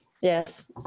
Yes